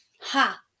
Ha